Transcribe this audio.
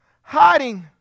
hiding